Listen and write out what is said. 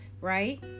right